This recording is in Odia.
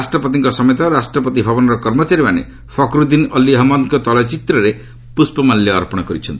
ରାଷ୍ଟ୍ରପତିଙ୍କ ସମେତ ରାଷ୍ଟ୍ରପତି ଭବନର କର୍ମଚାରୀମାନେ ଫଖ୍ ରୁଦ୍ଦିନ୍ ଅଲ୍ଲୀ ଅହମ୍ମଦଙ୍କ ତୈଳଚିତ୍ରରେ ପୁଷ୍ପମାଲ୍ୟ ଅର୍ପଣ କରିଛନ୍ତି